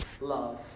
love